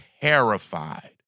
terrified